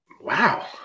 Wow